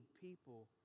people